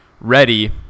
ready